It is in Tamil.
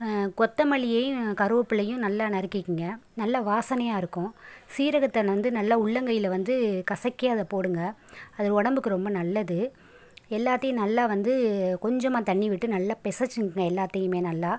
கொத்தமல்லியையும் கருவப்பிள்ளையும் நல்லா நறுக்கிக்கோங்க நல்லா வாசனையாருக்கும் சீரகத்தை வந்து நல்லா உள்ளங்கையில் வந்து கசக்கி அதை போடுங்க அது உடம்புக்கு ரொம்ப நல்லது எல்லாத்தையும் நல்லா வந்து கொஞ்சமாக தண்ணி விட்டு நல்லா பெசச்சுக்குங்க எல்லாத்தையுமே நல்லா